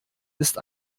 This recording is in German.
ist